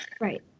Right